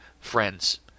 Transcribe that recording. friends